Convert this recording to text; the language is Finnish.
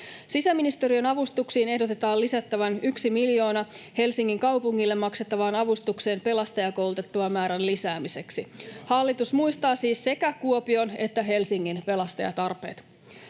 Sisäministeriön avustuksiin ehdotetaan lisättävän yksi miljoona Helsingin kaupungille maksettavaan avustukseen pelastajakoulutettavamäärän lisäämiseksi. [Timo Heinonen: Hyvä!] Hallitus muistaa siis sekä Kuopion että Helsingin pelastajatarpeet.